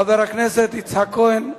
חבר הכנסת יצחק כהן,